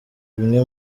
bimwe